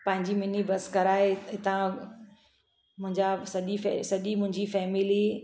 पंहिंजी mini bus कराए हितां मुंहिंजा सॼी सॼी मुंहिंजी फैमिली